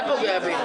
אתה פוגע בי.